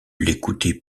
l’écoutait